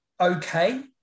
okay